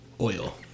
oil